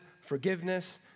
forgiveness